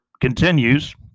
continues